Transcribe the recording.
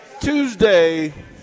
Tuesday